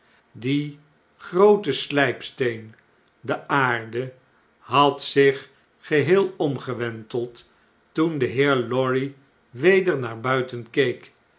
die groote sljjpsteen de aarde had zich geheel omgewenteld toen de heer lorry weder naar buiten